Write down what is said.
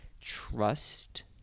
trust